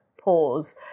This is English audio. pause